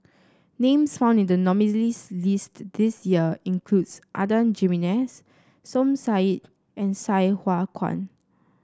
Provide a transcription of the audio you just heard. names found in the nominees' list this year include Adan Jimenez Som Said and Sai Hua Kuan